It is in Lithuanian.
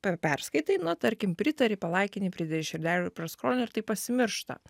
pe perskaitai na tarkim pritari palaikinti pridėti širdelių praskrolini ir tai pasimiršta